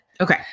Okay